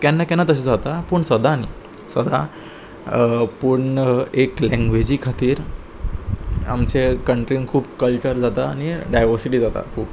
केन्ना केन्ना तशें जाता पूण सदां न्ही सदां पूण एक लँग्वेजी खातीर आमचे कंट्रीन खूब कल्चर जाता आनी डायवर्सिटी जाता खूब